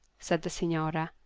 said the signora,